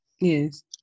Yes